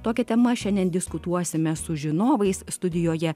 tokia tema šiandien diskutuosime su žinovais studijoje